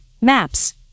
maps